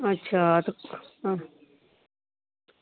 अच्छा ते